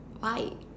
why